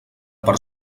per